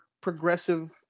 progressive